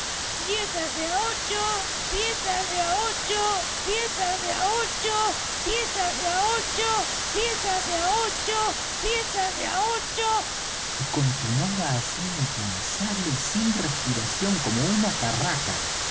piezas de á ocho piezas de á ocho piezas de á ocho piezas de á ocho piezas de á ocho piezas de á ocho y continuaba así incansable y sin respiración como una carraca